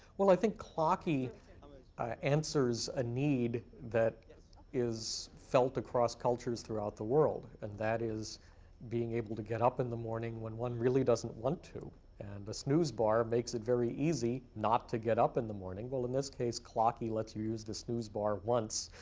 well, i think clocky ah answers a need that is felt across cultures throughout the world, and that is being able to get up in the morning when one really doesn't want to. and the snooze bar makes it very easy not to get up in the morning. well, in this case, clocky lets you use the snooze bar once,